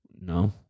No